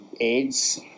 AIDS